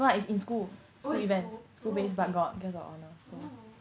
what is in school always go oh oh